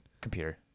Computer